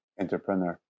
entrepreneur